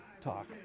talk